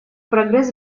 прогресс